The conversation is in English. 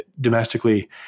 domestically